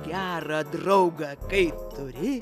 gerą draugą kai turi